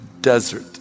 desert